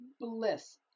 bliss